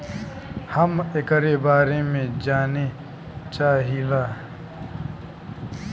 हम एकरे बारे मे जाने चाहीला?